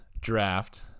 draft